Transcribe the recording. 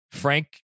Frank